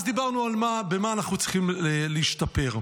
אז דיברנו, במה אנחנו צריכים להשתפר.